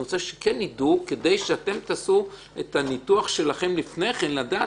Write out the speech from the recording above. אני רוצה שיידעו כדי שאתם תעשו את הניתוח שלכם לפני כן כדי לדעת.